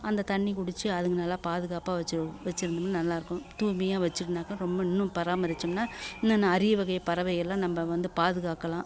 அந்தத் தண்ணி குடித்து அதுங்க நல்லா பாதுகாப்பாக வெச்சு வெச்சிருந்தோம்னா நல்லா இருக்கும் தூய்மையாக வெச்சுருந்தாக்கா ரொம்ப இன்னும் பராமரித்தோம்னா இன்னும் என்ன அரிய வகை பறவைகள்லாம் நம்ம வந்து பாதுகாக்கலாம்